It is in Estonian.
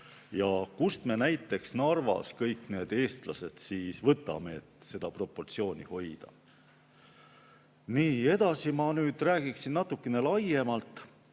Ja kust me näiteks Narvas kõik need eestlased siis võtame, et [vajalikku] proportsiooni hoida? Edasi ma räägiksin natukene laiemalt.